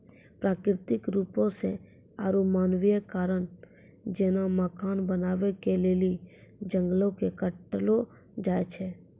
प्राकृतिक रुपो से आरु मानवीय कारण जेना मकान बनाबै के लेली जंगलो के काटलो जाय छै